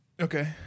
Okay